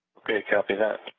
ok, copy that.